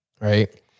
right